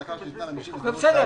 הרוב זה המקרים האלה, של פספוס מועדים.